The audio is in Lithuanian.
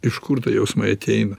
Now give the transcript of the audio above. iš kur tie jausmai ateina